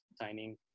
signing